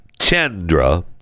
Chandra